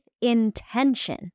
intention